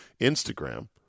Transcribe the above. Instagram